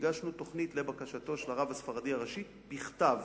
הגשנו תוכנית לבקשתו של הרב הספרדי הראשי בכתב,